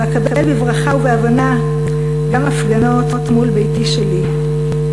ואקבל בברכה ובהבנה גם הפגנות מול ביתי שלי.